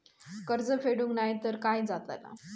कर्ज फेडूक नाय तर काय जाताला?